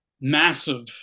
massive